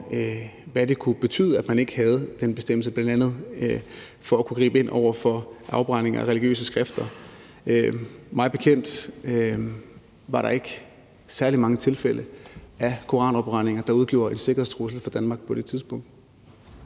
hvad det kunne betyde, at man ikke havde en bestemmelse i forhold til at kunne gribe ind over for bl.a. afbrænding af religiøse skrifter. Mig bekendt var der ikke særlig mange tilfælde af koranafbrændinger, der udgjorde en sikkerhedstrussel for Danmark på det tidspunkt.